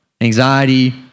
anxiety